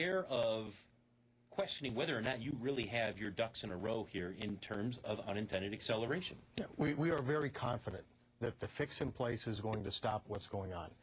air of questioning whether or not you really have your ducks in a row here in terms of unintended acceleration we are very confident that the fix in place is going to stop what's going on